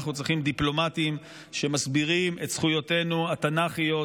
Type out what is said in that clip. אנחנו צריכים דיפלומטים שמסבירים את זכויותינו התנ"כיות,